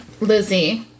Lizzie